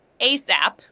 ASAP